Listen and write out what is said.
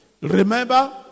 remember